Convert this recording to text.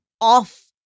off